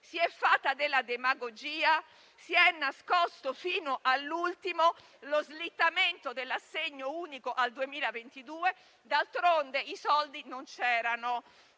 Si è fatta della demagogia; si è nascosto fino all'ultimo lo slittamento dell'assegno unico al 2022. D'altronde, i soldi non c'erano;